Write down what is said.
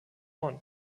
bonn